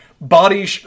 body